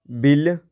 bill